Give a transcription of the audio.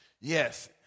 Yes